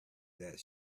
that